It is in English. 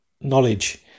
knowledge